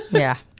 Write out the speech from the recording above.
yeah,